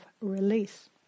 release